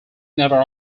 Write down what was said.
never